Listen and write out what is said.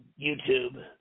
YouTube